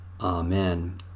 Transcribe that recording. Amen